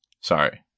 sorry